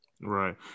Right